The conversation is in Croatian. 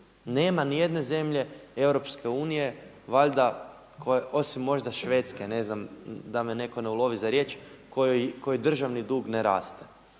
Nema niti jedne zemlje EU valjda koja, osim možda Švedske, ne znam da me netko ne ulovi za riječ kojoj državni dug ne raste.